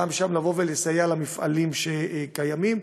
גם שם, לסייע למפעלים קיימים.